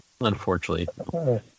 unfortunately